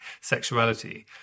sexuality